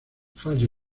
fallo